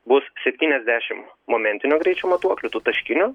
bus septyniasdešim momentinio greičio matuoklių tų taškinių